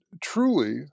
truly